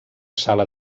sala